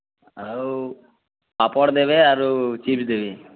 ଆଉ ପାପଡ଼୍ ଦେବେ ଆରୁ ଚିପ୍ସ୍ ଦେବେ